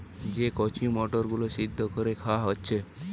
যে কচি মটর গুলো সিদ্ধ কোরে খাওয়া হচ্ছে